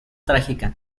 trágica